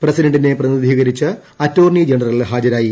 പ്രസിഡന്റിനെ പ്രതിനിധീകരിച്ച് attorney general ഹാജരായി